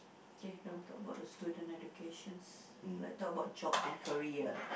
K don't talk about the student educations like talk about job and career